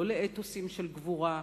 לא לאתוסים של גבורה.